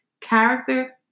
character